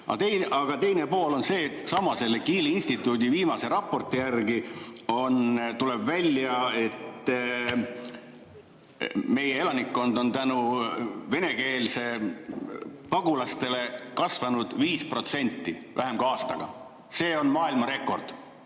vasta mu küsimusele. Sellesama Kieli instituudi viimase raporti järgi tuleb välja, et meie elanikkond on tänu venekeelsetele pagulastele kasvanud 5% vähem kui aastaga. See on maailmarekord